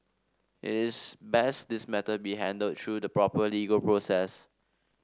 it is best this matter be handled through the proper legal process